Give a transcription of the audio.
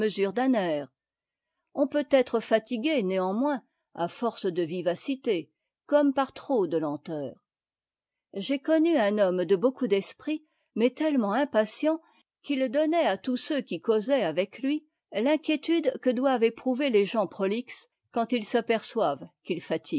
on peut être fatigant néanmoins à force de vivacité comme on l'est par trop de lenteur j'ai connu un homme de beaucoup d'esprit mais tellement impatient qu'il donnait à tous ceux qui causaient avec lui l'inquiétude que doivent éprouver les gens prolixes quand ils s'aperçoivent qu'ils